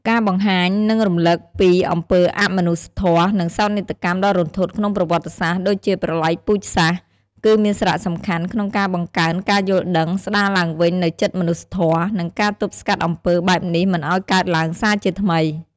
ការបង្ហាញ និងរំលឹកពីអំពើអមនុស្សធម៌ និងសោកនាដកម្មដ៏រន្ធត់ក្នុងប្រវត្តិសាស្ត្រដូចជាប្រល័យពូជសាសន៍ គឺមានសារៈសំខាន់ក្នុងការបង្កើនការយល់ដឹង ស្ដារឡើងវិញនូវចិត្តមនុស្សធម៌ និងការទប់ស្កាត់អំពើបែបនេះមិនឱ្យកើតឡើងសារជាថ្មី។